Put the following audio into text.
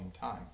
time